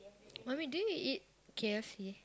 mummy do you eat K_F_C